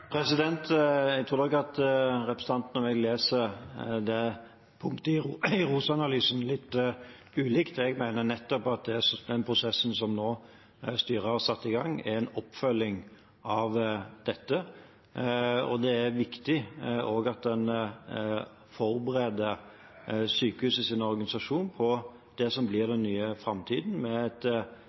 Jeg tror nok at representanten og jeg leser det punktet i ROS-analysen litt ulikt. Jeg mener at nettopp den prosessen som styret nå har satt i gang, er en oppfølging av dette. Det er også viktig at en forbereder sykehusets organisasjon på det som blir den nye framtiden, med et